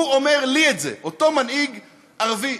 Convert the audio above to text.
הוא אומר לי, אותו מנהיג ערבי.